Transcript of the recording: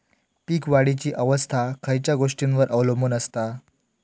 पीक वाढीची अवस्था खयच्या गोष्टींवर अवलंबून असता?